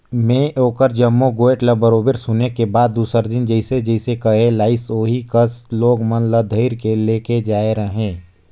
में ओखर जम्मो गोयठ ल बरोबर सुने के बाद दूसर दिन जइसे जइसे कहे लाइस ओही कस लोग मन ल धइर के ले जायें रहें